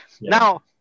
Now